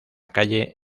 calle